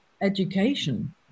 education